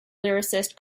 lyricist